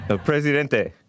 Presidente